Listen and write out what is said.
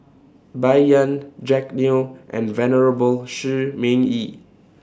Bai Yan Jack Neo and Venerable Shi Ming Yi